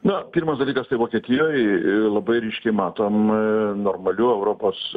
na pirmas dalykas tai vokietijoj labai ryškiai matom normali europos